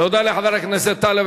תודה לחבר הכנסת טלב